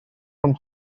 from